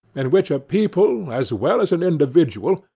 in which a people, as well as an individual,